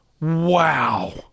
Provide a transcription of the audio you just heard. Wow